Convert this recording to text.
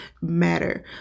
matter